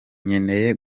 nkeneye